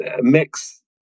mix